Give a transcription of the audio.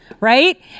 Right